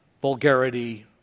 vulgarity